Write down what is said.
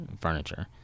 furniture